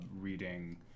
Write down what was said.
reading